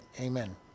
Amen